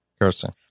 Kirsten